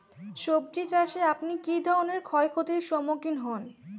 সবজী চাষে আপনি কী ধরনের ক্ষয়ক্ষতির সম্মুক্ষীণ হন?